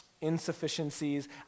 insufficiencies